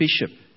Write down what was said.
bishop